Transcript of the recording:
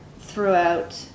throughout